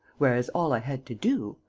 whereas all i had to do.